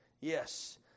Yes